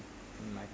like